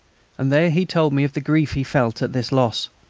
and there he told me of the grief he felt at this loss,